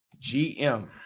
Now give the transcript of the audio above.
GM